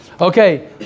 Okay